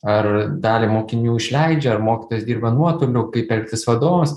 ar dalį mokinių išleidžia ar mokytojas dirba nuotoliu kaip elgtis vadovams